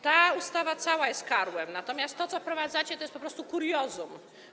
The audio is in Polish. Ta ustawa cała jest karłem, natomiast to, co wprowadzacie, to jest po prostu kuriozum.